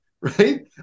right